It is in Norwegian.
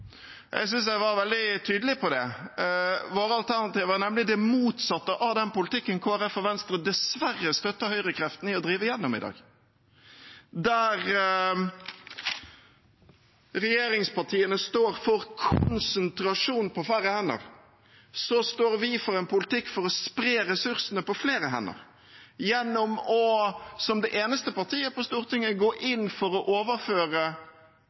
Jeg synes jeg var veldig tydelig på det. Våre alternativer er nemlig det motsatte av den politikken Kristelig Folkeparti og Venstre dessverre støtter høyrekreftene i å drive gjennom i dag. Der regjeringspartiene står for konsentrasjon på færre hender, står vi for en politikk for å spre ressursene på flere hender gjennom – som det eneste partiet på Stortinget – å gå inn for å overføre